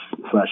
slash